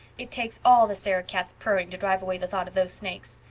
it takes all the sarah-cats's purring to drive away the thought of those snakes.